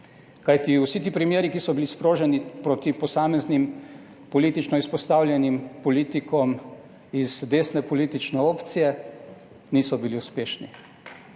Kajti vsi ti primeri, ki so bili sproženi proti posameznim politično izpostavljenim politikom iz desne politične opcije, niso bili uspešni.